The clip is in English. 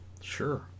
sure